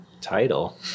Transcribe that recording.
Title